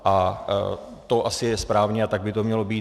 A to asi je správně a tak by to mělo být.